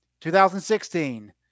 2016